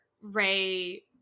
ray